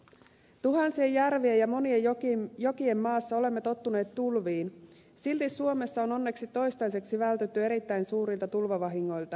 tuhansien järvien ja monien jokien maassa olemme tottuneet tulviin silti suomessa on onneksi toistaiseksi vältytty erittäin suurilta tulvavahingoilta